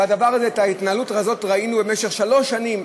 את ההתנהלות הזאת ראינו במשך שלוש שנים.